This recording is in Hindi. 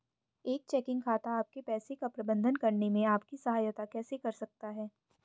एक चेकिंग खाता आपके पैसे का प्रबंधन करने में आपकी सहायता कैसे कर सकता है?